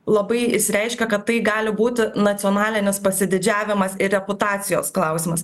labai išsireiškė kad tai gali būti nacionalinis pasididžiavimas ir reputacijos klausimas